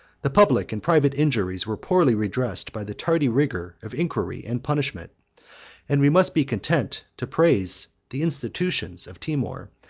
the public and private injuries were poorly redressed by the tardy rigor of inquiry and punishment and we must be content to praise the institutions of timour,